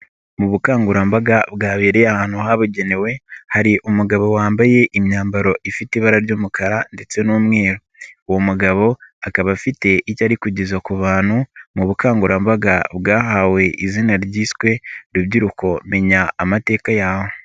Mu bukangurambaga bwabereye ahantu habugenewe, hari umugabo wambaye imyambaro ifite ibara ry'umukara ndetse n'umweru. Uwo mugabo akaba afite icyo ari kugeza ku bantu mu bukangurambaga bwahawe izina ryiswe "Rubyiruko menya amateka yawe".